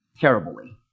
terribly